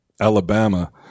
Alabama